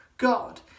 god